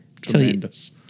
Tremendous